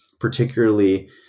particularly